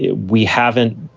yeah we haven't